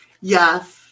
Yes